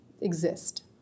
exist